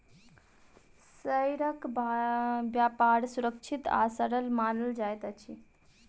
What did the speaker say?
शेयरक व्यापार सुरक्षित आ सरल मानल जाइत अछि